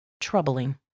Troubling